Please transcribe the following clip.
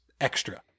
extra